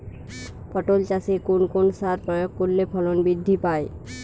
পটল চাষে কোন কোন সার প্রয়োগ করলে ফলন বৃদ্ধি পায়?